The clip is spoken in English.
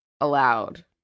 allowed